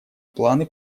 планы